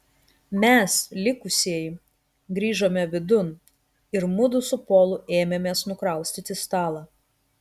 mes likusieji grįžome vidun ir mudu su polu ėmėmės nukraustyti stalą